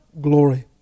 glory